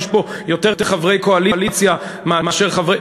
יש פה יותר חברי קואליציה מאשר חברי,